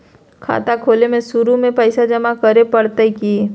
खाता खोले में शुरू में पैसो जमा करे पड़तई की?